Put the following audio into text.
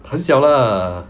很小 lah